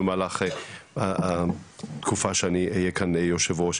במהלך התקופה שאני אהיה כאן יושב ראש.